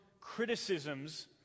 criticisms